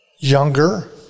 Younger